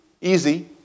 Easy